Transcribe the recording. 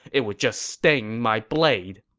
it would just stain my blade.